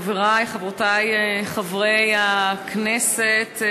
חברי וחברותי חברי הכנסת,